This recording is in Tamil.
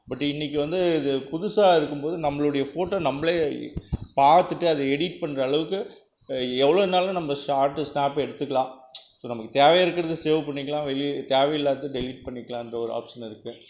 பட் இன்னைக்கு வந்து இது புதுசாக இருக்கும்போது நம்மளுடைய போட்டோ நம்மளே பார்த்துட்டு அதை எடிட் பண்ணுற அளவுக்கு எவ்வளோனாலும் நம்ம ஷாட்டு ஸ்னாப் எடுத்துக்கலாம் ஸோ நமக்குத் தேவை இருக்கிறது சேவ் பண்ணிக்கலாம் வெளி தேவையில்லாததை டெலிட் பண்ணிக்கலாம்ன்ற ஒரு ஆப்ஷன் இருக்கு